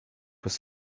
was